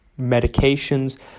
medications